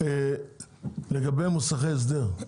לגבי מוסכי הסדר,